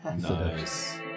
nice